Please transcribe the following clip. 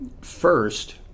first